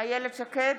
איילת שקד,